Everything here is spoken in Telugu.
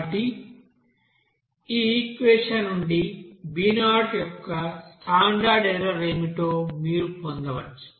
కాబట్టి ఈ ఈక్వెషన్ నుండి b0 యొక్క స్టాండర్డ్ ఎర్రర్ ఏమిటో మీరు పొందవచ్చు